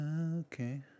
Okay